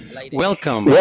Welcome